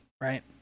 right